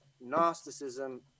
Gnosticism